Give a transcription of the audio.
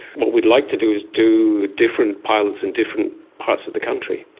what we'd like to do is do different pilots in different parts of the country.